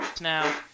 now